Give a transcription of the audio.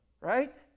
Right